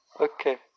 Okay